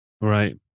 Right